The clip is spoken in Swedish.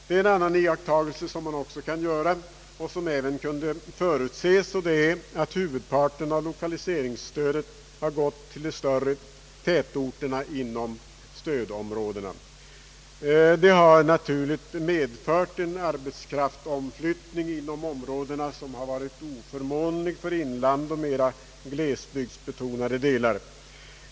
En annan iakttagelse som man kan göra, och som även kunde förutses, är att huvudparten av lokaliseringsstödet gått till de större tätorterna inom stödområdena. Det har naturligt medfört en arbetskraftsomflyttning i områdena, vilken varit oförmånlig för inland och mera glesbygdsbetonade delar.